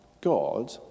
God